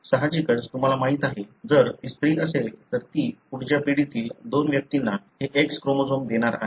सहाजिकच तुम्हाला माहीत आहे जर ती स्त्री असेल तर ती पुढच्या पिढीतील दोन व्यक्तींना हे X क्रोमोझोम देणार आहे